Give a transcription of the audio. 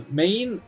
main